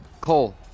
Cole